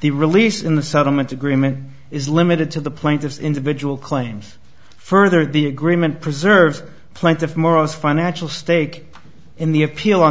the release in the settlement agreement is limited to the plaintiff's individual claims further the agreement preserves plaintiff morris financial stake in the appeal on